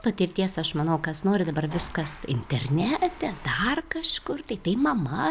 patirties aš manau kas nori dabar viskas internete dar kažkur tai tai mama